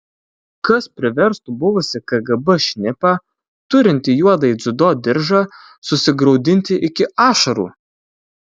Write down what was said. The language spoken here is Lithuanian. kas priverstų buvusį kgb šnipą turintį juodąjį dziudo diržą susigraudinti iki ašarų